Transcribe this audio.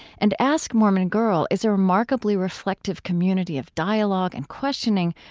and ask mormon girl is a remarkably reflective community of dialogue and questioning,